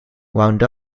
wound